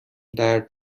درد